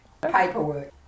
paperwork